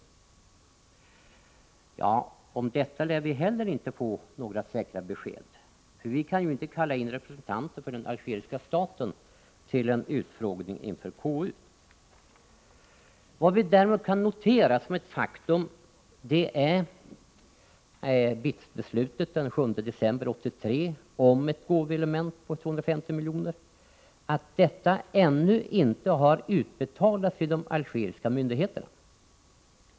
Om detta lär vi heller inte få några säkra besked, för vi kan ju inte kalla in representanter för den algeriska staten till en utfrågning inför KU. Vad vi däremot kan notera som ett faktum är BITS-beslutet den 7 december 1983 om ett gåvoelement på 250 miljoner. Detta har ännu inte utbetalats till de algeriska myndigheterna.